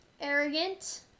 arrogant